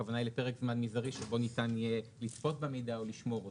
הכוונה היא לפרק זמן מזערי שבו ניתן יהיה לצפות במידע או לשמור אותו.